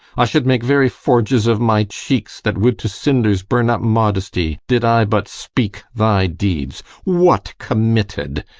i should make very forges of my cheeks, that would to cinders burn up modesty, did i but speak thy deeds what committed!